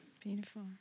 Beautiful